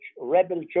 Rebel